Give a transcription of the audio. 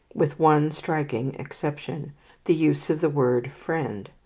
with one striking exception the use of the word friend.